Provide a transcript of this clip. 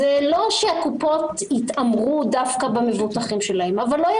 זה לא שהקופות יתעמרו דווקא במבוטחים שלהן אבל לא יהיה